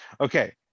Okay